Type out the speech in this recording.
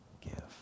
give